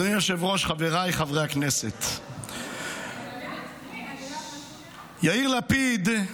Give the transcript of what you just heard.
אדוני היושב-ראש, חבריי חברי הכנסת, יאיר לפיד,